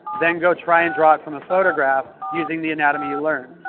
then go try and draw it from a photograph using the anatomy you learned.